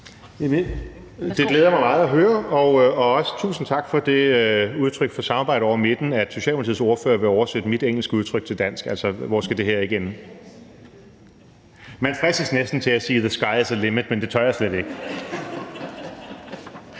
Det glæder mig meget at høre. Og også tusind tak for det udtryk for samarbejde over midten, at Socialdemokratiets ordfører vil oversætte mit engelske udtryk til dansk. Hvor skal det her ikke ende? Man fristes næsten til at sige, the sky is the limit, men det tør jeg slet ikke.